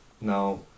now